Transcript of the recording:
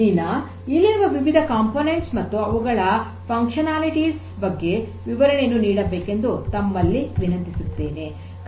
ದೀನಾ ಇಲ್ಲಿರುವ ವಿವಿಧ ಘಟಕಗಳು ಮತ್ತು ಅವುಗಳ ಕ್ರಿಯಾತ್ಮಕತೆಗಳ ಬಗ್ಗೆ ವಿವರಣೆಯನ್ನು ನೀಡಬೇಕೆಂದು ತಮ್ಮಲ್ಲಿ ವಿನಂತಿಸುತ್ತೇನೆ